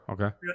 Okay